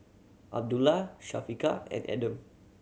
Abdullah Syafiqah and Adam